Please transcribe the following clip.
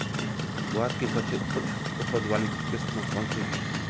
ग्वार की सबसे उच्च उपज वाली किस्म कौनसी है?